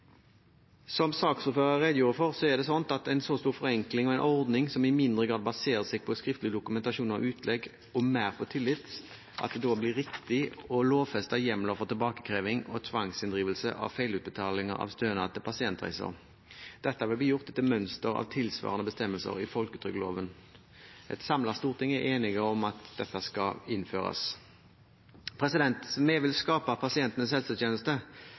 Som saksordføreren redegjorde for, blir det med en så stor forenkling og en ordning som i mindre grad baserer seg på skriftlig dokumentasjon av utlegg og mer på tillit, riktig å lovfeste hjemler for tilbakekreving og tvangsinndrivelse av feilutbetaling av stønad til pasientreiser. Dette vil bli gjort etter mønster av tilsvarende bestemmelser i folketrygdloven. Et samlet storting er enige om at dette skal innføres. Vi vil skape pasientenes